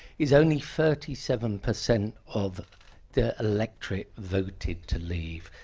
it's only thirty seven percent of their electorate voted to leave.